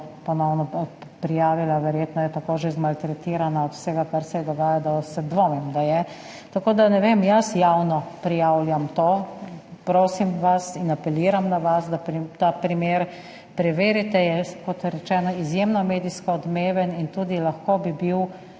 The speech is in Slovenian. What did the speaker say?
ponovno prijavila. Verjetno je že tako maltretirana od vsega, kar se ji dogaja, da dvomim, da je. Tako da ne vem, jaz javno prijavljam to. Prosim vas in apeliram na vas, da ta primer preverite. Kot rečeno je izjemno medijsko odmeven in lahko bi bil